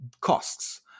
costs